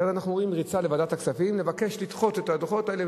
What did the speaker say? ואנחנו רואים ריצה לוועדת הכספים לבקש לדחות את הדוחות האלה.